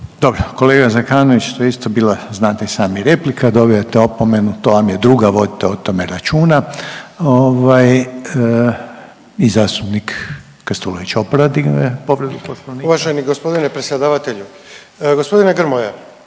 Dobro, kolega Zekanović to je isto bila znate i sami replika, dobijate opomenu, to vam je druga, vodite o tome računa. Ovaj i zastupnik Krstulović Opara dignuo je povredu poslovnika.